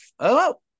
hello